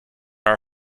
our